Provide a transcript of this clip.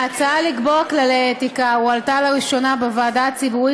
ההצעה לקבוע כללי אתיקה הועלתה לראשונה בוועדה הציבורית